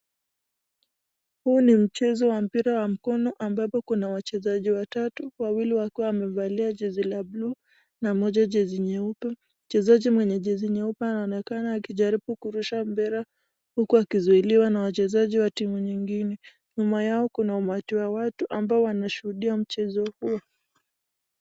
Huu ni mchezo wa mpira wa mkono ambapo kuna wachezaji watatu, wawili wakiwa wamevalia jezi la buluu na mmoja jezi nyeupe ,mchezaji mwenye jezi nyeupe anaonekana akijaribu kurusha mpira huku akizuiliwa na wachezaji wa timu nyingine, nyuma yao kuna watu ambao wanashuhudia mchezo huo.